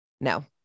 no